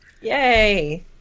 Yay